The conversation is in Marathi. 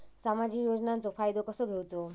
सामाजिक योजनांचो फायदो कसो घेवचो?